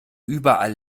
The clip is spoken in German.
überall